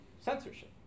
censorship